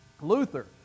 Luther